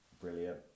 brilliant